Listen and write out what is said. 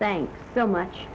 thank so much